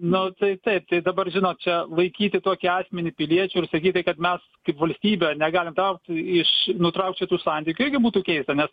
nu tai taip tai dabar žinot čia laikyti tokį asmenį piliečiu ir sakyti kad mes kaip valstybė negalim traukt iš nutraukt šitų santykių irgi būtų keista nes